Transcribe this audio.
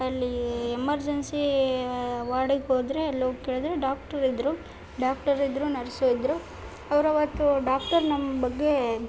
ಅಲ್ಲಿ ಎಮರ್ಜೆನ್ಸಿ ವಾರ್ಡಿಗೆ ಹೋದರೆ ಅಲ್ಲೋಗಿ ಕೇಳಿದ್ರೆ ಡಾಕ್ಟ್ರ್ ಇದ್ದರು ಡಾಕ್ಟರ್ ಇದ್ದರು ನರ್ಸು ಇದ್ದರು ಅವ್ರು ಆವತ್ತು ಡಾಕ್ಟರ್ ನಮ್ಮ ಬಗ್ಗೆ